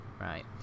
right